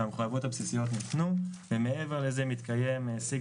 המחויבויות הבסיסיות ניתנו ומעבר לזה מתקיים שיג